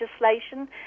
legislation